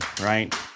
right